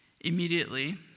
Immediately